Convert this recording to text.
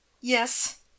yes